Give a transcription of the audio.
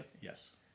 Yes